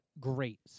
great